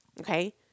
okay